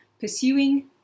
pursuing